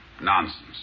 nonsense